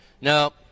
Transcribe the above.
No